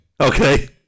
Okay